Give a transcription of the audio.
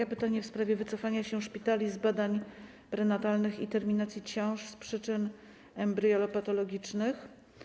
To pytanie w sprawie wycofywania się szpitali z badań prenatalnych i terminacji ciąż z przyczyn embriopatologicznych.